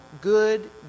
good